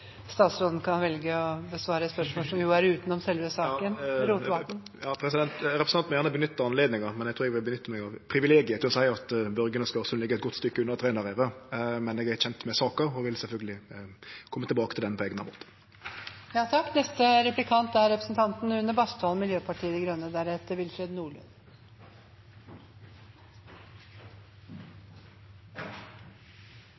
Statsråden får selv velge om han vil besvare spørsmålet, som jo går utenom selve saken. Representanten må gjerne nytte anledninga, men eg trur eg vil nytte meg av privilegiet til å seie at Børgin og Skarnsundet ligg eit godt stykke unna Trænarevet. Men eg er kjend med saka og vil sjølvsagt kome tilbake til ho på eigna måte.